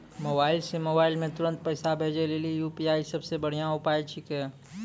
mobile से mobile मे तुरन्त पैसा भेजे लेली यू.पी.आई सबसे बढ़िया उपाय छिकै